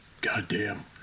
Goddamn